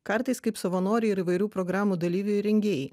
kartais kaip savanoriai ir įvairių programų dalyviai ir rengėjai